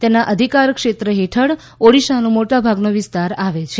તેના અધિકાર ક્ષેત્ર હેઠળ ઓડિશાનો મોટા ભાગનો વિસ્તાર આવે છે